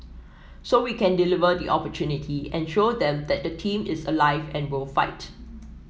so we can deliver the opportunity and show them that the team is alive and will fight